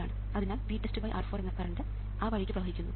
അതിനാൽ VTESTR4 എന്ന current ആ വഴിക്ക് പ്രവഹിക്കുന്നു